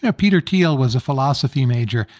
ah peter thiel was a philosophy major,